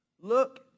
Look